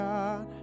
God